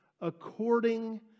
according